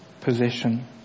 possession